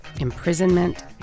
imprisonment